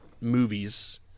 movies